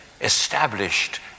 established